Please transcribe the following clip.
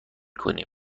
کنیم